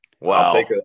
Wow